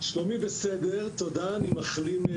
שלומי בסדר, אני מחלים.